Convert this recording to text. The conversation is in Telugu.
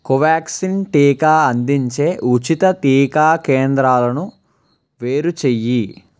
కొవ్యాక్సిన్ టీకా అందించే ఉచిత టీకా కేంద్రాలను వేరు చెయ్యి